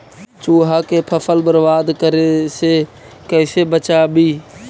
चुहा के फसल बर्बाद करे से कैसे बचाबी?